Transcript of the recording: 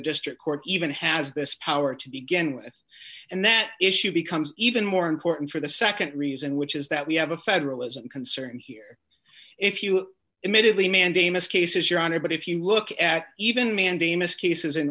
district court even has this power to begin with and that issue becomes even more important for the nd reason which is that we have a federalism concern here if you immediately mandamus cases your honor but if you look at even mandamus cases in